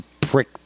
prick